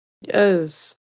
Yes